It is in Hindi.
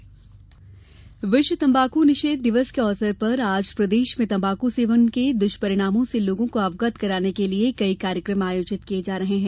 तंबाकू निषेघ दिवस विश्व तम्बाकू निषेध दिवस के अवसर पर आज प्रदेश में तम्बाकू सेवन के दुष्परिणामों से लोगों को अवगत कराने के लिये कई कार्यकम आयोजित किये जा रहे हैं